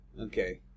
Okay